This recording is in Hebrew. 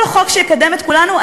למען כל חוק שיקדם את כולנו.